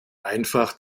einfach